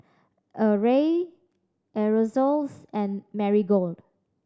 Arai Aerosoles and Marigold